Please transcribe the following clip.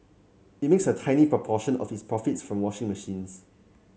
it makes a tiny proportion of its profits from washing machines